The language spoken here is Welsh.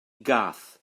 gath